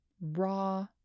raw